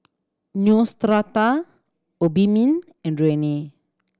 Neostrata Obimin and Rene